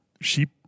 sheep